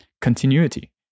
continuity